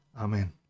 Amen